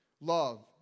Love